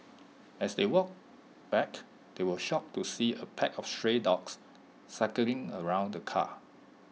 as they walked back they were shocked to see A pack of stray dogs circling around the car